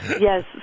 Yes